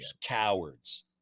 cowards